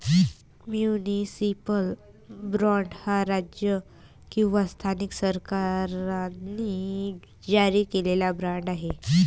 municipal bond हा राज्य किंवा स्थानिक सरकारांनी जारी केलेला बाँड आहे